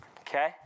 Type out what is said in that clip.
Okay